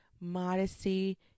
modesty